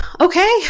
Okay